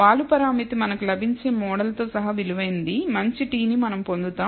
వాలు పరామితి మనకు లభించే మోడల్తో సహా విలువైనది మంచి t నీ మనం పొందుతాం